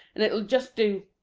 and it'll just do.